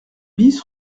bis